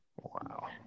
Wow